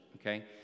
okay